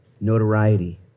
notoriety